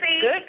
Good